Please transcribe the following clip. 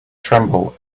tremble